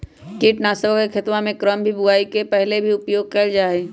कीटनाशकवन के खेतवा के क्रम में बुवाई के पहले भी उपयोग कइल जाहई